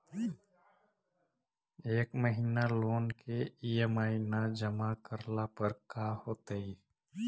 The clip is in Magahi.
एक महिना लोन के ई.एम.आई न जमा करला पर का होतइ?